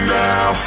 now